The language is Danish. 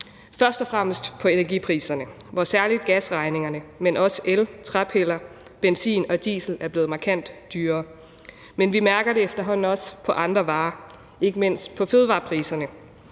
først og fremmest på energipriserne, hvor særlig gasregningerne, men også el, træpiller, benzin og diesel er blevet markant dyrere. Men vi mærker det efterhånden også på andre varer, ikke mindst på fødevarepriserne.